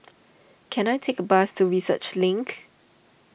can I take a bus to Research Link